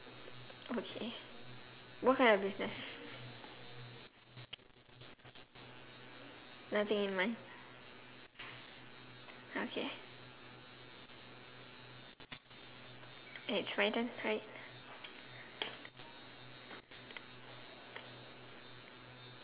okay what kind of business nothing in mind okay it's my turn right